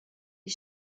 die